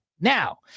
Now